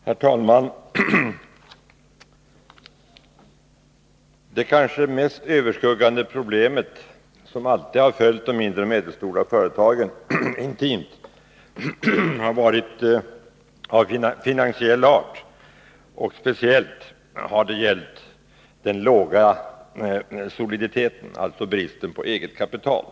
Herr talman! De mindre och medelstora företagens allt överskuggande problem, som alltid följt dem intimt, har varit av finansiell art. Speciellt har det gällt den låga soliditeten, alltså bristen på eget kapital.